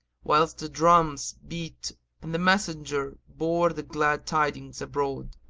whilst the drums beat and the messengers bore the glad tidings abroad.